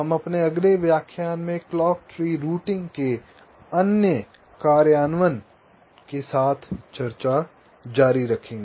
हम अपने अगले व्याख्यान में क्लॉक ट्री राउटिंग के अन्य कार्यान्वयन के साथ चर्चा जारी रखेंगे